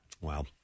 Wow